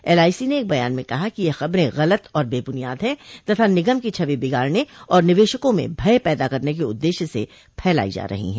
LIC ने एक बयान में कहा कि ये खबरें गलत और बेबुनियाद हैं तथा निगम की छवि बिगाड़ने और निवेशकों में भय पैदा करने के उद्देश्य से फैलायी जा रही हैं